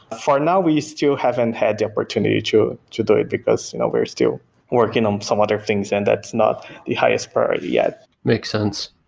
for now, we still haven't had the opportunity to to do it because and still working on some other things and that's not the highest priority yet. makes sense,